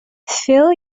fill